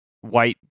white